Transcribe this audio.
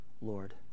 Lord